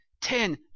ten